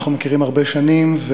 אנחנו מכירים הרבה שנים,